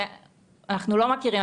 אנחנו לא מכירים,